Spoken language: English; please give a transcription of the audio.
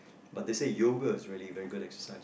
but they say Yoga is really very good exercise